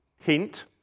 Hint